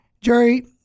Jerry